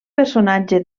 personatge